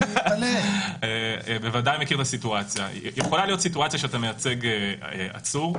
יכולה להיות סיטואציה שאתה מייצג עצור,